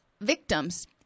victims